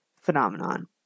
phenomenon